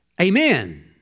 amen